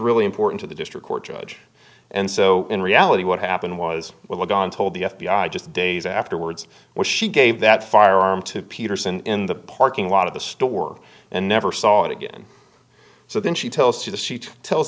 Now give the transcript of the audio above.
really important to the district court judge and so in reality what happened was well don told the f b i just days afterwards where she gave that firearm to peterson in the parking lot of the store and never saw it again so then she tells you the seat tells